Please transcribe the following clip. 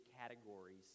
categories